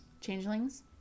changelings